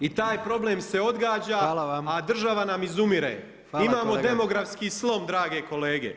I taj problem se odgađa a država nam izumire, imamo demografski slom drage kolege.